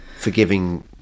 forgiving